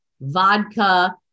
vodka